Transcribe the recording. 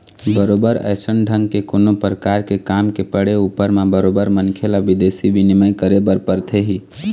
बरोबर अइसन ढंग के कोनो परकार के काम के पड़े ऊपर म बरोबर मनखे ल बिदेशी बिनिमय करे बर परथे ही